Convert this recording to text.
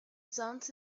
sounds